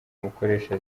mukoresha